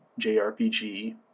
JRPG